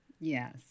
Yes